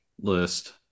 list